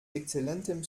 exzellentem